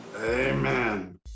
amen